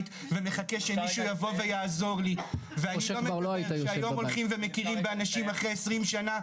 ומחכה שמישהו יבוא ויעזור לי והיום הולכים ומכירים באנשים אחרי 20 שנה,